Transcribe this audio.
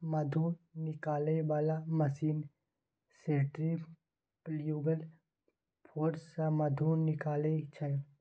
मधु निकालै बला machine centrifugal force सँ मधु निकालै छै